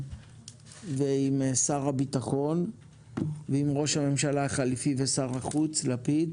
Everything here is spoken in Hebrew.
עם שר הביטחון ועם ראש הממשלה החליפי ושר החוץ לפיד